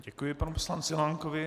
Děkuji panu poslanci Lankovi.